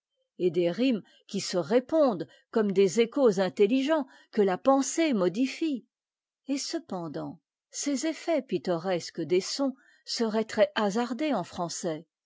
et des rimes qui se répondent comme des échos intelligents que la pensée hmodifie et cependant ces effets pittores ques des sons seraient très hasardës en français